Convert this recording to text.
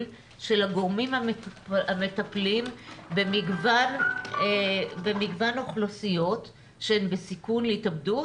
של הגורמים המטפלים במגוון אוכלוסיות שהן בסיכון להתאבדות